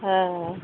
ହଁ ହଁ